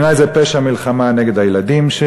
בעיני זה פשע מלחמה נגד הילדים.